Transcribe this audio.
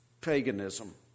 paganism